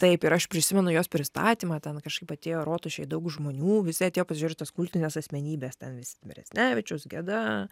taip ir aš prisimenu jos pristatymą ten kažkaip atėjo rotušėj daug žmonių visi atėjo pažiūrėt tos kultinės asmenybės ten visi beresnevičius geda